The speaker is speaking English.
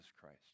christ